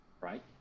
right